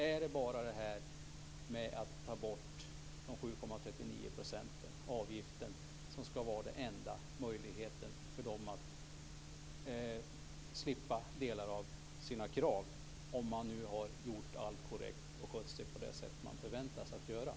Är borttagandet av avgiften, de 7,39 procenten, den enda möjligheten för dessa bidragstagare att slippa delar av kraven om de nu har gjort allt korrekt och skött det hela på det sätt som det förväntas att man gör?